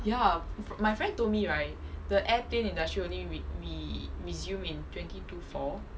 ya my friend told me right the airplane industry only re~ re~ resume in twenty two four